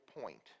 point